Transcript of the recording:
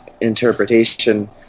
interpretation